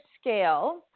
scale